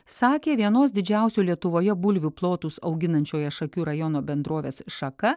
sakė vienos didžiausių lietuvoje bulvių plotus auginančioje šakių rajono bendrovės šaka